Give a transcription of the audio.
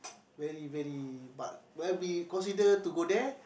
very very but will be consider to go there